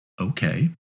okay